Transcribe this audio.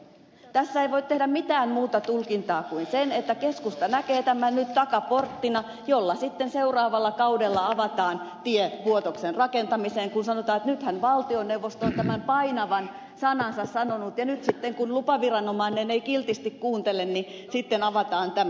tässä ei voi tehdä mitään muuta tulkintaa kuin sen että keskusta näkee tämän nyt takaporttina jolla sitten seuraavalla kaudella avataan tie vuotoksen rakentamiseen kun sanotaan että nythän valtioneuvosto on tämän painavan sanansa sanonut ja nyt kun lupaviranomainen ei kiltisti kuuntele niin sitten avataan tämä